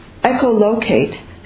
echolocate